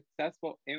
successful